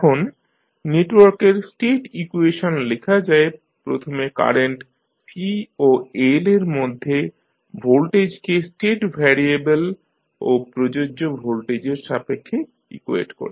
এখন নেটওয়ার্কের state equation লেখা যায় প্রথমে কারেন্ট C ও L এর মধ্যের ভোল্টেজকে স্টেট ভ্যারিয়েবেল ও প্রযোজ্য ভোল্টেজের সাপেক্ষে সমীকরণ সমাধান করে